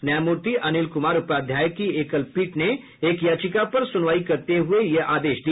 न्यायमूर्ति अनिल कुमार उपाध्याय की एकल पीठ ने एक याचिका पर सुनवाई करते हुये यह आदेश दिया